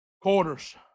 Quarters